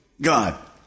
God